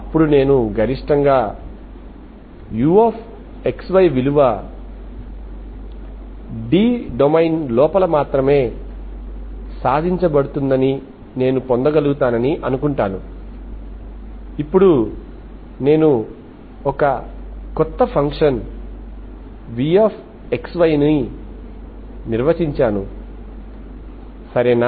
అప్పుడు నేను గరిష్టంగా uxy విలువ D డొమైన్ లోపల మాత్రమే సాధించబడు పొందగలుగుతానని అనుకుంటాను ఇప్పుడు నేను ఒక కొత్త ఫంక్షన్ vxy ని నిర్వచించాను సరేనా